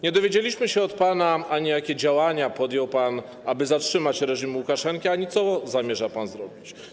Nie dowiedzieliśmy się od pana, ani jakie działania podjął pan, aby zatrzymać reżim Łukaszenki, ani co zamierza pan zrobić.